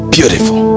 Beautiful